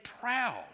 proud